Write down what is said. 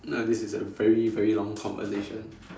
no this is a very very long conversation